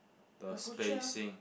the spacing